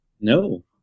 No